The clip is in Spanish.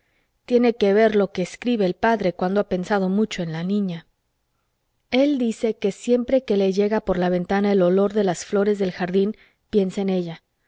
tiene que ver lo que escribe el padre cuando ha pensado mucho en la niña el dice que siempre que le llega por la ventana el olor de las flores del jardín piensa en ella